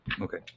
Okay